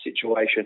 situation